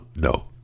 no